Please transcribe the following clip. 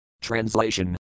translation